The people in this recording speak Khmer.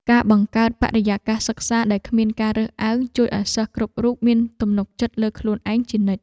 ការបង្កើតបរិយាកាសសិក្សាដែលគ្មានការរើសអើងជួយឱ្យសិស្សគ្រប់រូបមានទំនុកចិត្តលើខ្លួនឯងជានិច្ច។